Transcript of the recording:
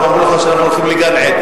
וגם אמרו לך שאנחנו הולכים לגן-עדן.